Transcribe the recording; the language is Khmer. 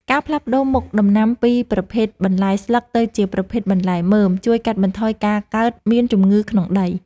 ការផ្លាស់ប្តូរមុខដំណាំពីប្រភេទបន្លែស្លឹកទៅជាប្រភេទបន្លែមើមជួយកាត់បន្ថយការកើតមានជំងឺក្នុងដី។